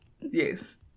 Yes